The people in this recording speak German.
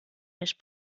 mich